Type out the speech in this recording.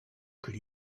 could